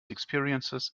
experiences